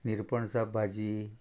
निरपणसा भाजी